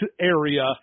area